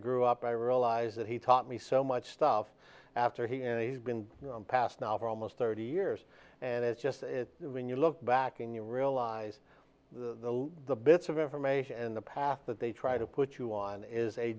grew up i realized that he taught me so much stuff after he and he's been passed now for almost thirty years and it's just when you look back and you realize the the bits of information and the path that they try to put you on is a